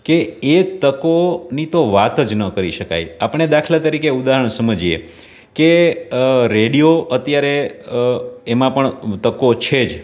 કે એ તકોની તો વાત જ ન કરી શકાય આપણે દાખલા તરીકે ઉદાહરણ સમજીએ કે રેડિયો અત્યારે એમાં પણ તકો છે જ